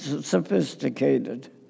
sophisticated